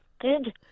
Good